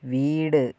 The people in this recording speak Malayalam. വീട്